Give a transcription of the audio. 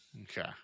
Okay